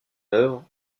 œuvre